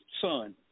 son